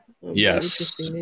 Yes